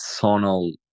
sonal